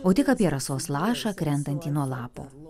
o tik apie rasos lašą krentantį nuo lapo